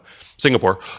Singapore